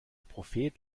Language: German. prophet